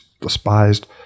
despised